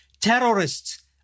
terrorists